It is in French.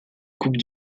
coupe